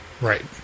Right